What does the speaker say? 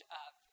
up